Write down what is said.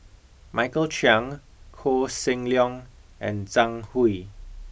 Michael Chiang Koh Seng Leong and Zhang Hui